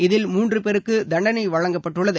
இதில் மூன்று பேருக்கு தண்டனை வழங்கப்பட்டுள்ளது